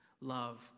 love